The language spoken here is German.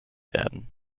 werden